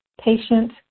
patient